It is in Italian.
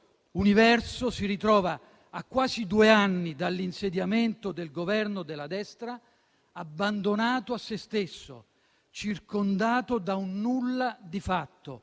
universo si ritrova, a quasi due anni dall'insediamento del Governo della destra, abbandonato a se stesso, circondato da un nulla di fatto,